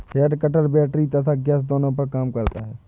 head cutter battery तथा gas दोनों पर काम करता है